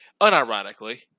unironically